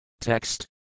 Text